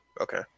okay